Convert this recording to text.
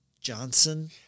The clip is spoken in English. Johnson